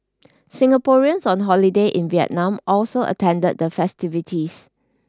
Singaporeans on holiday in Vietnam also attended the festivities